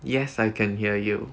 yes I can hear you